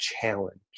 challenge